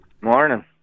Morning